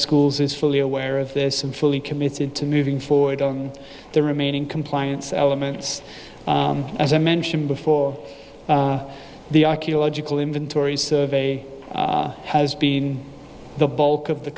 schools is fully aware of this and fully committed to moving forward on the remaining compliance elements as i mentioned before the archeological inventory survey has been the bulk of the